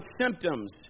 symptoms